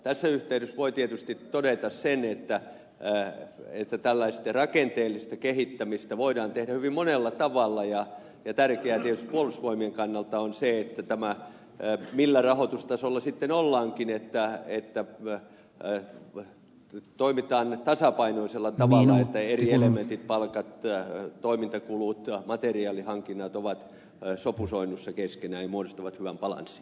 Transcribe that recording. tässä yhteydessä voi tietysti todeta sen että tällaista rakenteellista kehittämistä voidaan tehdä hyvin monella tavalla ja tärkeää tietysti puolustusvoimien kannalta on se että millä rahoitustasolla sitten ollaankin toimitaan tasapainoisella tavalla että eri elementit palkat toimintakulut materiaalihankinnat ovat sopusoinnussa keskenään ja muodostavat hyvän balanssin